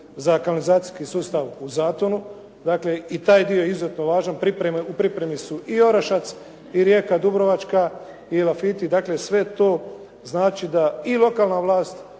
za kanalizacijski sustav u Zatonu. Dakle, i taj dio je izuzetno važan. U pripremi su i Orašac i Rijeka Dubrovačka i Elafiti. Dakle, sve to znači da i lokalna vlast